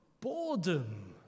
boredom